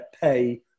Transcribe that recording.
pay